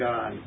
God